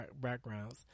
backgrounds